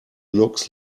looks